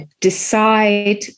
Decide